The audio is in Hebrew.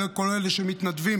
לכל אלה שמתנדבים,